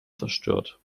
zerstört